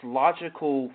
logical